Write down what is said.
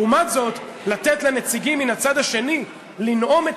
אלא יש לתת לנציגים מן הצד השני לנאום את